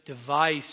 device